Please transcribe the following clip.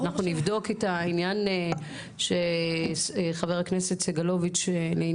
אנחנו נבדוק את העניין שחבר הכנסת סגלוביץ' דיבר